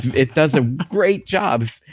it does a great job.